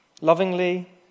lovingly